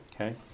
okay